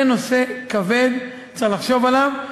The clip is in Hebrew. זה נושא כבד, צריך לחשוב עליו.